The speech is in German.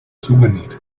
zugenäht